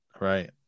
right